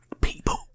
people